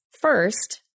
first